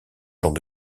genre